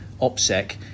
OPSEC